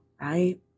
right